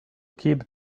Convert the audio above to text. keep